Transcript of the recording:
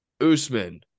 Usman